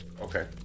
Okay